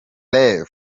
rev